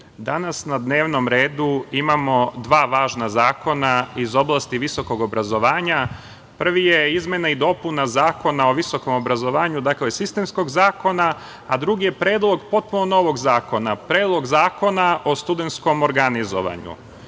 Danas na dnevnom redu imamo dva važna zakona iz oblasti visokog obrazovanja. Prvi je izmena i dopuna Zakona o visokom obrazovanju, sistemskog zakona, a drugi je predlog potpuno novog zakona, predlog zakona o studentskom organizovanju. Kada